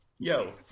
Yo